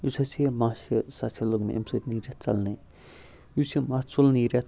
یُس ہَسا یہِ مَس چھُ سُہ ہَسا لوٚگ مےٚ اَمہِ سۭتۍ نیٖرِتھ ژَلنہِ یُس یہِ مَس ژوٚل نیٖرِتھ